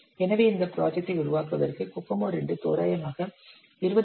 எனவே இந்த ப்ராஜெக்ட்டை உருவாக்குவதற்கு கோகோமோ II தோராயமாக 28